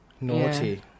naughty